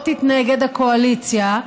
או תתנגד הקואליציה,